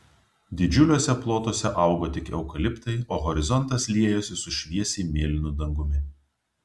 didžiuliuose plotuose augo tik eukaliptai o horizontas liejosi su šviesiai mėlynu dangumi